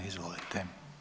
Izvolite.